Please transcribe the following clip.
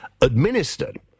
administered